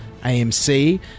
AMC